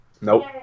Nope